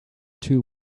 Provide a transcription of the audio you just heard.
two